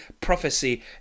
prophecy